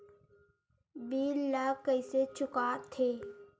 bill ला कइसे चुका थे